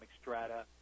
strata